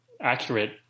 accurate